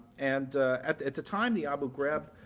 and at at the time the abu ghraib